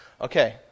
Okay